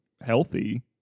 healthy